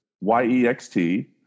Y-E-X-T